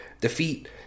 defeat